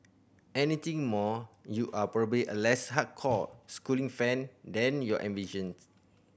anything more you are probably a less hardcore Schooling fan than you envisions